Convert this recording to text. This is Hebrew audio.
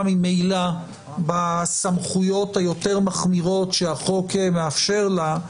ממילא בסמכויות היותר מחמירות שהחוק מאפשר לה.